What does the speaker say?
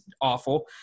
awful